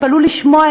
תתפלאו לשמוע,